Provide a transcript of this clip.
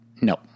No